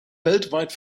weltweit